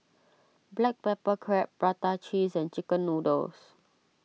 Black Pepper Crab Prata Cheese and Chicken Noodles